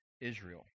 Israel